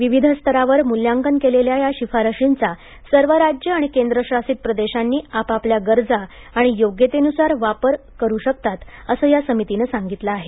विविध स्तरावर मूल्यांकन केलेल्या या शिफारशींचा सर्व राज्य आणि केंद्र शासित प्रदेशांनी आपापल्या गरजा आणि योग्यतेनुसार वापर करू शकतात असं या समितीनं सांगितलं आहे